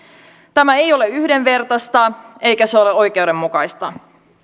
tämä ei ole yhdenvertaista eikä se ole oikeudenmukaista